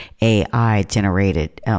AI-generated